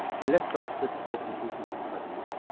he left oxford before completing his studies,